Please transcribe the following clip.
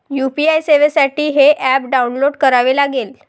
UPI सेवेसाठी हे app download करावे लागेल